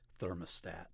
thermostat